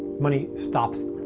money stops